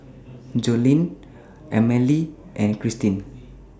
Joline Emmalee and Krystin